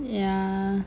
yeah